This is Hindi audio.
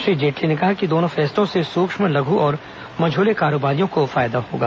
श्री जेटली ने कहा कि दोनों फैसलों से सूक्ष्म लघु और मझोले कारोबारियों को फायदा होगा